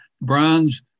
bronze